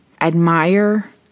Admire